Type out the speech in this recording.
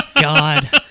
God